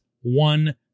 one